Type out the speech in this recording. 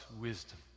wisdom